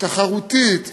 תחרותית והישגית,